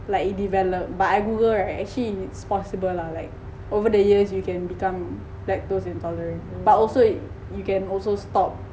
like it develop but I google right actually it possible lah like over the years you can become lactose intolerant but also you can also stop